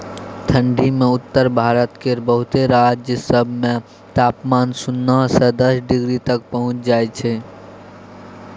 ठंढी मे उत्तर भारत केर बहुते राज्य सब मे तापमान सुन्ना से दस डिग्री तक पहुंच जाइ छै